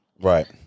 Right